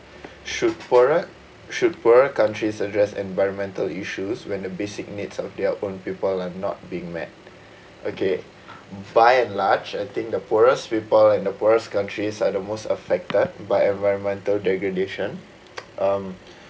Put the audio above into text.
should poorer should poorer countries address environmental issues when the basic needs of their own people are not being met okay by and large I think the poorest people in the poorest countries are the most affected by environmental degradation